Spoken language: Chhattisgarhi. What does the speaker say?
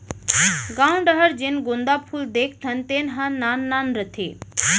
गॉंव डहर जेन गोंदा फूल देखथन तेन ह नान नान रथे